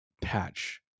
patch